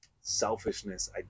selfishness